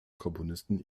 komponisten